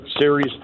Series